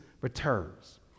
returns